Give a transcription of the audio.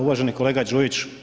Uvaženi kolega Đujić.